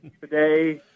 today